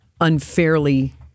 unfairly